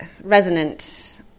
resonant